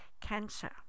cancer